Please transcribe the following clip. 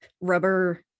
rubber